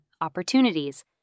opportunities